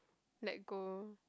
let go